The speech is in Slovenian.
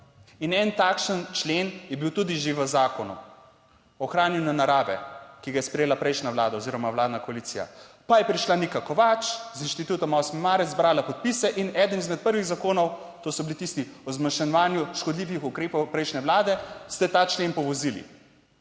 In en takšen člen je bil tudi že v zakonu o ohranjanju narave, ki ga je sprejela prejšnja vlada oziroma vladna koalicija, pa je prišla Nika Kovač z Inštitutom 8. marec, zbrala podpise in eden izmed prvih zakonov, to so bili tisti o zmanjševanju škodljivih ukrepov prejšnje vlade, ste ta člen povozili.